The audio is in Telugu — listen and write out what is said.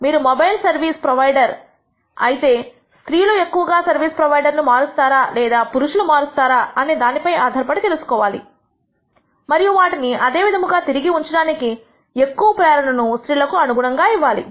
మీరు మొబైల్ సర్వీస్ ప్రొవైడర్ అయితే స్త్రీలు ఎక్కువ సర్వీస్ ప్రొవైడర్ ను మారుస్తారా లేదా పురుషులు మారుస్తారా అని దానిపై ఆధారపడి తెలుసుకోవాలి మరియు వాటిని అదే విధముగా తిరిగి ఉంచడానికి ఎక్కువ ప్రేరణను స్త్రీలకు అనుగుణంగా ఇవ్వాలి